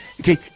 Okay